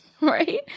right